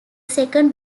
second